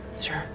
sure